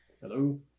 Hello